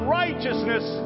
righteousness